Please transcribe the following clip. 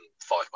five